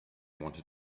wanted